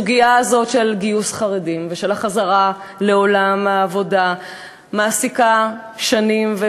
הסוגיה הזאת של גיוס חרדים ושל החזרה לעולם העבודה מעסיקה שנים,